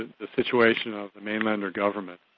the situation of the mainlander government,